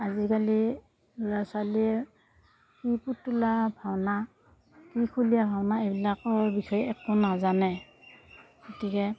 আজিকালি ল'ৰা ছোৱালীয়ে কি পুতলা ভাওনা কি খুলীয়া ভাওনা এইবিলাকৰ বিষয়ে একো নাজানে গতিকে